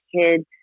kids